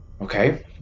Okay